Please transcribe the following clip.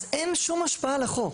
אז אין שום השפעה לחוק.